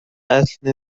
قتل